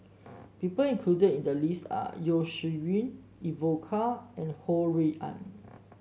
people included in the list are Yeo Shih Yun Evon Kow and Ho Rui An